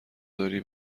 داری